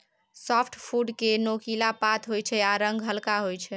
softwood केँ नोकीला पात होइ छै आ रंग हल्का होइ छै